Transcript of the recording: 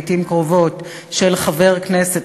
לעתים קרובות של חבר כנסת,